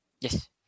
Yes